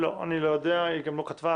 לא, אני לא יודע, היא גם לא כתבה.